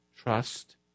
trust